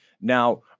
Now